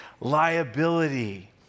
liability